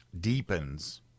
deepens